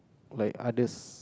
like others